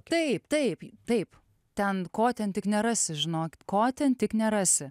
taip taip taip ten ko ten tik nerasi žinok ko ten tik nerasi